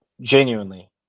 genuinely